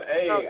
Hey